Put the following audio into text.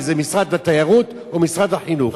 אם משרד התיירות או משרד החינוך.